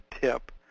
tip